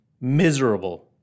Miserable